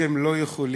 אתם לא יכולים